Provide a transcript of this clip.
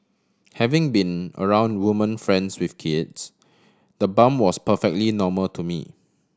having been around woman friends with kids the bump was perfectly normal to me